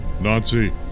Nazi